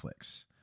Netflix